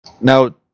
now